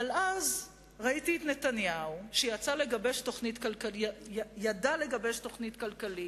אבל אז ראיתי את נתניהו שידע לגבש תוכנית כלכלית.